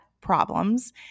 problems